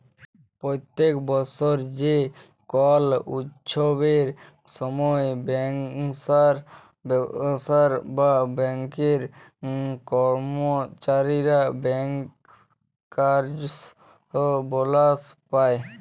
প্যত্তেক বসর যে কল উচ্ছবের সময় ব্যাংকার্স বা ব্যাংকের কম্মচারীরা ব্যাংকার্স বলাস পায়